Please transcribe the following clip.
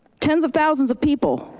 tens of thousands of people,